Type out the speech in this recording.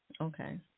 okay